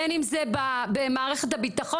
בין אם זה במערכת הביטחון,